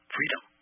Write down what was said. Freedom